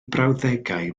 brawddegau